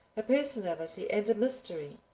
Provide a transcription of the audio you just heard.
a personality and a mystery,